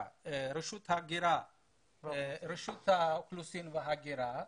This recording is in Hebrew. רשות האוכלוסין וההגירה